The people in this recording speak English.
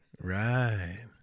Right